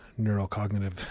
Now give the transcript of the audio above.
neurocognitive